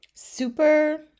super